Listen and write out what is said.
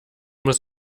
muss